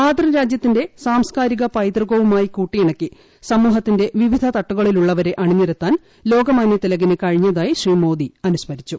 മാതൃരാജ്യത്തിന്റെ സാംസ്കാരിക പൈതൃകവുമായി കൂട്ടിയിണക്കി സമൂഹത്തിന്റെ വിവിധ തട്ടുകളിലുള്ളവരെ അണിനിരത്താൻ ലോകമാനൃ തിലകിന് കഴിഞ്ഞതായി ശ്രീ മോദി അനുസ്മരിച്ചു